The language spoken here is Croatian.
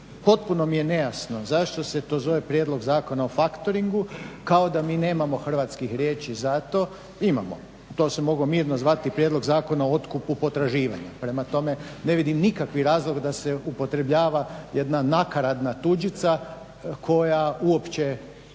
Potpuno mi je nejasno zašto se to zove Prijedlog zakona o factoringu kao da mi nemamo hrvatskih riječi za to? Imamo, to se moglo mirno zvati Prijedlog zakona o otkupu potraživanja, prema tome ne vidim nikakvi razlog da se upotrebljava jedna nakaradna tuđica koja uopće